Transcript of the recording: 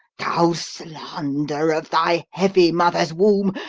thou slander of thy heavy mother's womb!